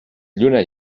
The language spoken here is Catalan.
lluna